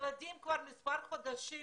שכבר מספר חודשים